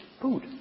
food